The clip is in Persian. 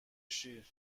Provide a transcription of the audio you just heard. شیر